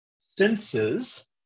senses